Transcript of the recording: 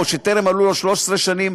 שטרם מלאו לו 13 שנים,